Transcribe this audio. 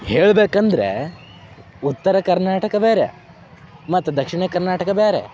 ಹೇಳಬೇಕಂದ್ರೆ ಉತ್ತರ ಕರ್ನಾಟಕ ಬೇರೆ ಮತ್ತು ದಕ್ಷಿಣ ಕರ್ನಾಟಕ ಬೇರೆ